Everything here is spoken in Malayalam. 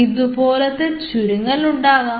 ഇതുപോലെത്തെ ചുരുങ്ങൽ ഉണ്ടാക്കാം